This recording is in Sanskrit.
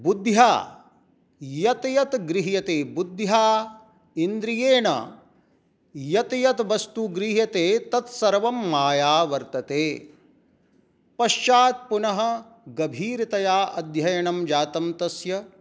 बुद्ध्या यत् यत् गृह्यते बुद्ध्या इन्द्रियेण यत् यत् वस्तु गृह्यते तत् सर्वं माया वर्तते पश्चात् पुनः गभीरतया अध्ययनं जातं तस्य